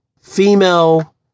female